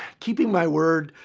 keeping my word.